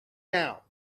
now